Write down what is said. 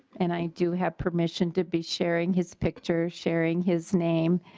and i do have permission to be sharing his picture sharing his name.